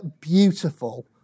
beautiful